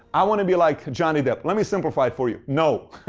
i want to be like johnny depp. let me simplify it for you. no.